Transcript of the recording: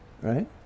Right